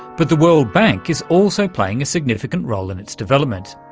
but the world bank is also playing a significant role in its development.